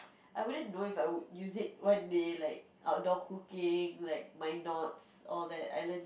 I wouldn't know If I would use it one day like outdoor cooking like mind knots all that I learn